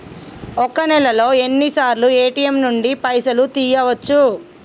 ఒక్క నెలలో ఎన్నిసార్లు ఏ.టి.ఎమ్ నుండి పైసలు తీయచ్చు?